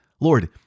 Lord